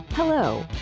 Hello